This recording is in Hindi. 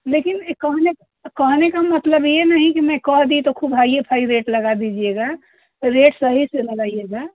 लेकिन ये कहने कहने का मतलब ये नहीं कि मैं कह दी तो खूब हाईए फाई रेट लगा दीजिएगा रेट सही से लगाइएगा